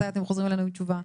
מתי אתם חוזרים אלינו עם תשובה.